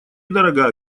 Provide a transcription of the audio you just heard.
дорогая